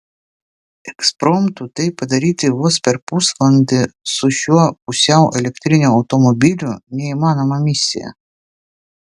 ekspromtu tai padaryti vos per pusvalandį su šiuo pusiau elektriniu automobiliu neįmanoma misija